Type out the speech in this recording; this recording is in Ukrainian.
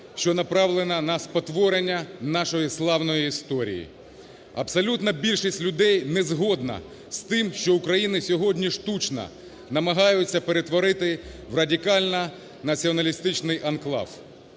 що направлена на спотворення нашої славної історії. Абсолютна більшість людей не згодна з тим, що Україну сьогодні штучно намагаються перетворити в радикально-націоналістичний анклав.